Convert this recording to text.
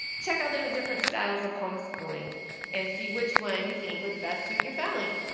check out their different styles of homeschooling and see which one you think would best suit your family.